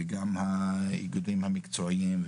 וגם האיגודים המקצועיים,